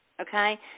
okay